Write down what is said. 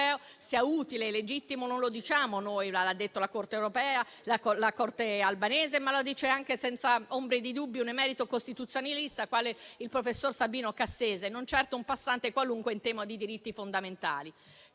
sia utile e legittimo non lo diciamo noi; l'ha detto la Corte europea, la Corte albanese, ma lo dice anche, senza ombre di dubbio, un emerito costituzionalista quale il professor Sabino Cassese, non certo un passante qualunque in tema di diritti fondamentali.